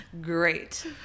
great